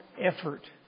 effort